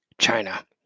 China